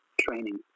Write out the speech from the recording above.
training